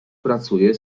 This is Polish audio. pracuje